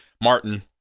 Martin